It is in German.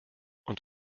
und